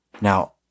Now